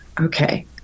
okay